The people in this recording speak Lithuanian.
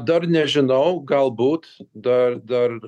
dar nežinau galbūt dar dar